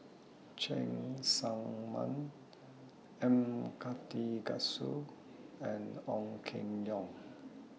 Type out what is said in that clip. Cheng Tsang Man M Karthigesu and Ong Keng Yong